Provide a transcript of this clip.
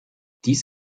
dies